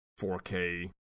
4K